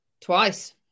Twice